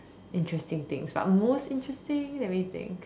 interesting things but most interesting let me think